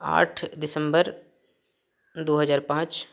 आठ दिसम्बर दू हजार पाँच